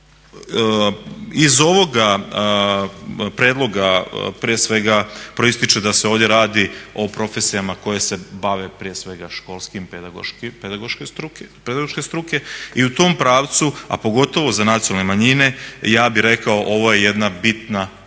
Iz ovoga predloga prije svega proističe da se ovde radi o profesijama koje se bave prije svega školskim, pedagoške struke i u tom pravcu, a pogotovo za nacionalne manjine ja bih rekao ovo je jedna bitna tematika.